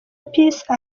peace